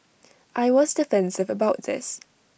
I was defensive about this